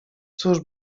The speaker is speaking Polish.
cóż